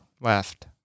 left